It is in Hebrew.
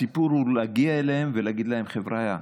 הסיפור הוא להגיע אליהם ולהגיד להם: חבריא,